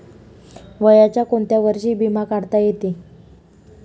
वयाच्या कोंत्या वर्षी बिमा काढता येते?